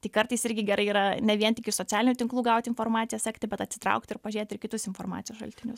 tai kartais irgi gerai yra ne vien tik iš socialinių tinklų gauti informaciją sekti bet atsitraukti ir pažiūrėti ir į kitus informacijos šaltinius